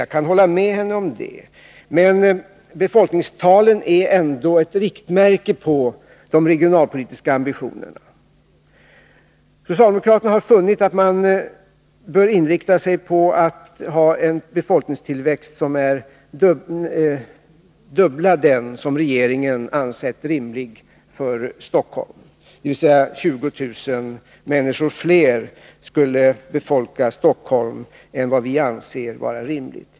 Jag kan hålla med om det, men befolkningstalen är ändå ett riktmärke för de regionalpolitiska ambitionerna. Socialdemokraterna har funnit att man bör inrikta sig på att ha en befolkningstillväxt som är den dubbla mot vad regeringen har ansett rimligt för Stockholm, dvs. 20 000 människor fler skulle befolka Stockholm än vi anser rimligt.